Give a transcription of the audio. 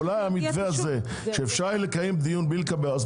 אולי יהיה המתווה הזה שאפשר יהיה לקיים דיון בלי לקבל החלטות,